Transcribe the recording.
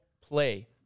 play